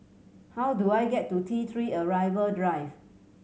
how do I get to T Three Arrival Drive